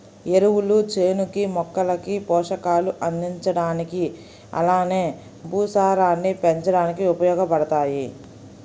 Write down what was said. ఎరువులు చేనుకి, మొక్కలకి పోషకాలు అందించడానికి అలానే భూసారాన్ని పెంచడానికి ఉపయోగబడతాయి